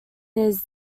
his